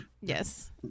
Yes